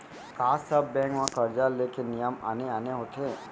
का सब बैंक म करजा ले के नियम आने आने होथे?